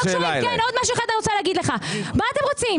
עוד משהו אחד אני רוצה להגיד לך: מה אתם רוצים?